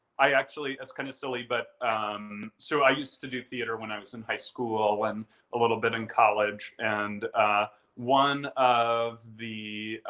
i actually, it's kind of silly but so i used to do theater when i was in high school when a little bit in college and one of the